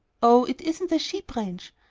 oh, it isn't a sheep ranch.